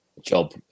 job